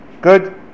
Good